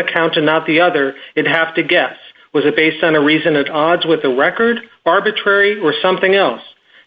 account and not the other and have to guess was it based on a reason an odds with a record arbitrary or something else